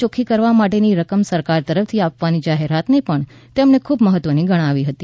ચોખ્ખી કરવા માટેની રકમ સરકાર તરફથી આપવાની જાહેરાતને પણ તેમણે ખૂબ મહત્વની ગણાવી હતી